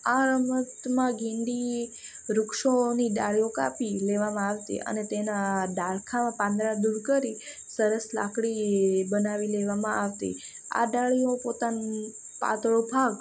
આ રમતમાં ગેડી વૃક્ષોની ડાળો કાપી લેવામાં આવતી અને તેના ડાળખા પાંદડા દૂર કરી સરસ લાકડી બનાવી લેવામાં આવતી આ ડાળીયો પોતાન પાતળો ભાગ